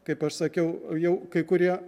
kaip aš sakiau jau kai kurie